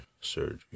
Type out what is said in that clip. surgery